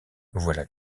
voilà